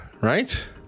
right